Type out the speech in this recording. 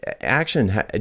action